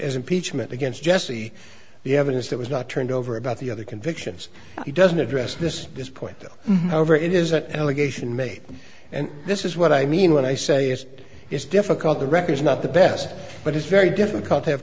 as impeachment against jesse the evidence that was not turned over about the other convictions he doesn't address this this point however it is an allegation made and this is what i mean when i say it is difficult the record is not the best but it's very difficult to have